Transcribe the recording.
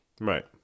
Right